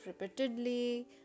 repeatedly